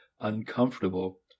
uncomfortable